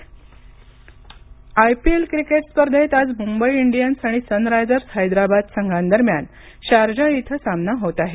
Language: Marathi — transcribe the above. आयपीएल आयपीएल क्रिकेट स्पर्धेत आज मुंबई इंडियन्स आणि सनरायजर्स हैदराबाद संघांदरम्यान शारजाह इथं सामना होत आहे